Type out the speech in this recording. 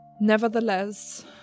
Nevertheless